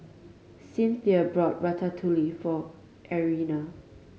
Cinthia bought Ratatouille for Irena